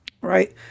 right